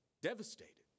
devastated